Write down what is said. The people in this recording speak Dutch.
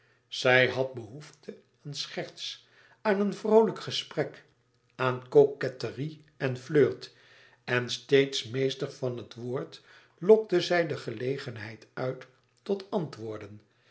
zij had behoefte aan scherts aan een vroolijk gesprek aan coquetterie en flirt en steeds meester van het antwoord lokte zij de gelegenheid uit tot antwoorden